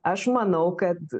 aš manau kad